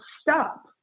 stop